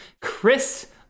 chris